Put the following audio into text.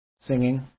singing